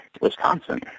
Wisconsin